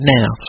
now